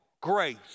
grace